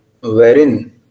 wherein